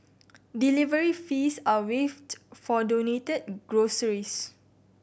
delivery fees are waived for donated groceries